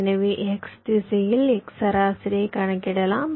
எனவே x திசையில் x சராசரியைக் கணக்கிடலாம்